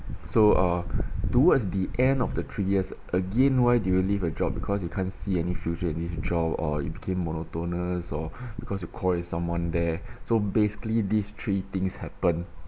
so uh towards the end of the three years again why do you leave a job because you can't see any future in this job or it became monotonous or because you quarrel with someone there so basically these three things happen